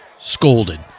scolded